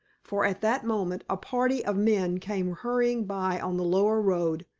for at that moment a party of men came hurrying by on the lower road,